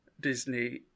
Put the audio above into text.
Disney